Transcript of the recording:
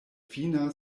fina